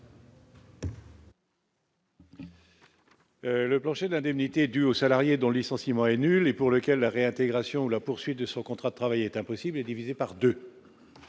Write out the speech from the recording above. Le plancher d'indemnités dues aux salariés dont le licenciement est nul et pour lequel la réintégration ou la poursuite de son contrat de travail est impossible et divisé par 2.